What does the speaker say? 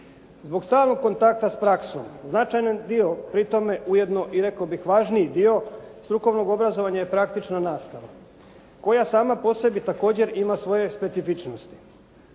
Zbog starog kontakta s praksom značajan dio pri tome ujedno i rekao bih važniji dio strukovnog obrazovanja je praktična nastava koja sama po sebi također ima svoje specifičnosti.